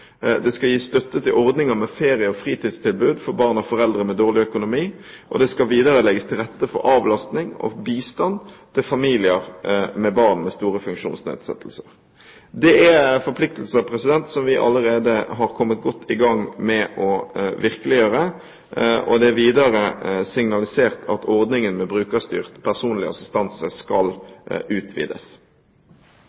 funksjonsevne skal gjennomgås. Det skal gis støtte til ordninger med ferie- og fritidstilbud for barn av foreldre med dårlig økonomi, og det skal videre legges til rette for avlastning og bistand til familier med barn med store funksjonsnedsettelser. Dette er forpliktelser vi allerede har kommet godt i gang med å virkeliggjøre. Det er videre signalisert at ordningen med brukerstyrt personlig assistanse skal